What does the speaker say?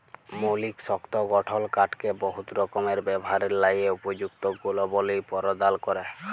মৌলিক শক্ত গঠল কাঠকে বহুত রকমের ব্যাভারের ল্যাযে উপযুক্ত গুলবলি পরদাল ক্যরে